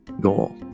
goal